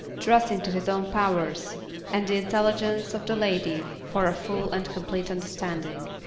trusting to his own powers and the intelligence of the lady for a full and complete understanding.